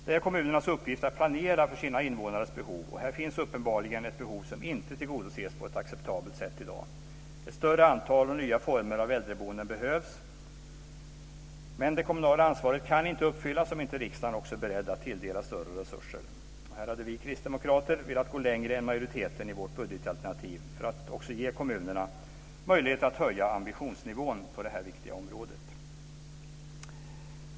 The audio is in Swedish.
Det är kommunernas uppgift att planera för sina invånares behov, och här finns uppenbarligen ett behov som inte tillgodoses på ett acceptabelt sätt i dag. Ett större antal och nya former av äldreboenden behövs. Men det kommunala ansvaret kan inte uppfyllas om inte riksdagen också är beredd att tilldela större resurser. Här hade vi kristdemokrater velat gå längre än majoriteten i vårt budgetalternativ för att också ge kommunerna möjlighet att höja ambitionsnivån på detta viktiga område.